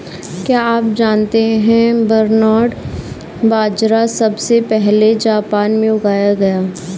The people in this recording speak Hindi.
क्या आप जानते है बरनार्ड बाजरा सबसे पहले जापान में उगाया गया